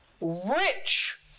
rich